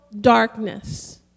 darkness